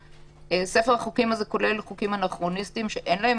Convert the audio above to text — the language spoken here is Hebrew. ספר החוקים הזה כולל חוקים אנכרוניסטיים שאין להם